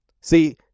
See